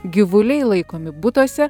gyvuliai laikomi butuose